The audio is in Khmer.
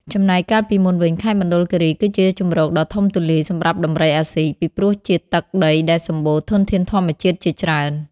ចំណែកកាលពីមុនវិញ ខេត្តមណ្ឌលគិរីគឺជាជម្រកដ៏ធំទូលាយសម្រាប់ដំរីអាស៊ី ពីព្រោះជាទឹកដីដែលសម្បូរធនធានធម្មជាតិជាច្រើន។